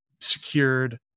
secured